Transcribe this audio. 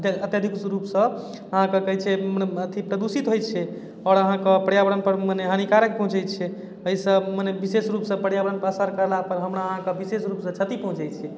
अत अत्यधिक रूपसँ अहाँके कहै छी मने अथी प्रदूषित होइ छै आओर अहाँके पर्यावरणपर मने हानिकारक पहुँचै छै अइसँ मने विशेष रूपसँ पर्यावरणपर असर कयलापर हमरा अहाँके विशेष रूपसँ क्षति पहुँचै छै